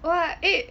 !wah! eh